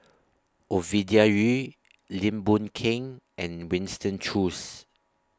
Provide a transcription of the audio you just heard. Ovidia Yu Lim Boon Keng and Winston Choos